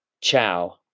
Ciao